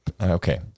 okay